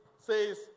says